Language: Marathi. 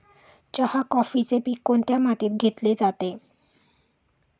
चहा, कॉफीचे पीक कोणत्या मातीत घेतले जाते?